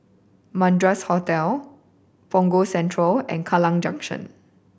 Madras Hotel Punggol Central and Kallang Junction